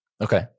Okay